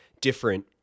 different